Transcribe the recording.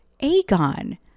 Aegon